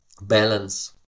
balance